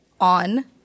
on